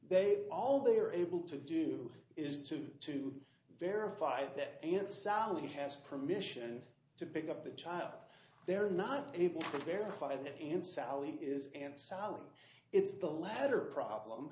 they all they are able to do is to to verify that aunt sally has permission to big up the child they're not able to verify that and sally is and sally it's the latter problem